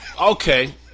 Okay